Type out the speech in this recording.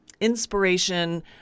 inspiration